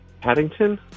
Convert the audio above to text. Paddington